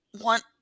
want